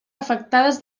afectades